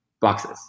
boxes